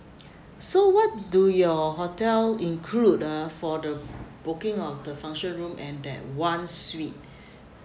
so what do your hotel include ah for the booking of the function room and that one suite